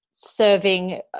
serving